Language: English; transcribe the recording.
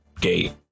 gate